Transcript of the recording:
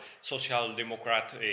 social-democrat